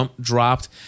dropped